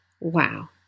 wow